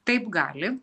taip gali